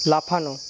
লাফানো